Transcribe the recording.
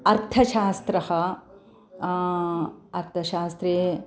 अर्थशास्त्रः अर्थशास्त्रे